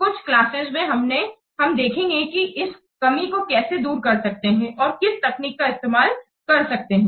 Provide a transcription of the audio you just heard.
कुछ क्लासेस में हम देखेंगे कि इस कमी को कैसे दूर कर सकते हैं और किस तकनीक का इस्तेमाल करके कर सकते हैं